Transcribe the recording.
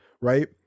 right